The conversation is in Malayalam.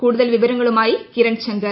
കൂടുതൽ വിവരങ്ങളുമായി കിരൺ ശങ്കർ